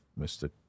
Mr